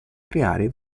creare